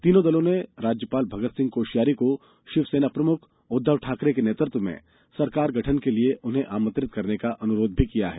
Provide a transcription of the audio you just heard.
तीनों दलों ने राज्यपाल भगत सिंह कोश्यारी को शिवसेना प्रमुख उद्वव ठाकरे के नेतृत्व में सरकार गठन के लिए उन्हें आमंत्रित करने का अनुरोध भी किया है